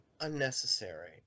Unnecessary